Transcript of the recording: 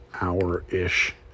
hour-ish